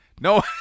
No